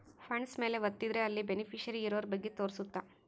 funds ಮೇಲೆ ವತ್ತಿದ್ರೆ ಅಲ್ಲಿ ಬೆನಿಫಿಶಿಯರಿ ಇರೋರ ಬಗ್ಗೆ ತೋರ್ಸುತ್ತ